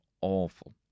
awful